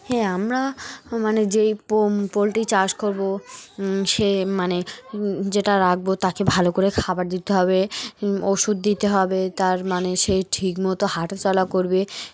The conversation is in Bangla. হ্যাঁ আমরা মানে যেই পো পোলট্রি চাষ করবো সে মানে যেটা রাখবো তাকে ভালো করে খাবার দিতে হবে ওষুধ দিতে হবে তার মানে সে ঠিকমতো হাঁটা চলা করবে